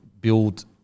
build